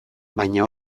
baina